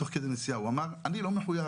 ותוך כדי נסיעה הוא אמר: "אני לא מחויב".